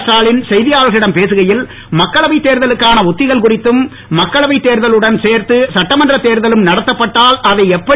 ஸ்டாலின் செய்தியாளர்களிடம் பேசுகையில் மக்களவைத் தேர்தலுக்கான உத்திகள் குறித்தும் மக்களவை தேர்தலுடன் சேர்த்து சட்டமன்றத் தேர்தலும் நடத்தப்பட்டால் அதை எப்படி